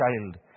child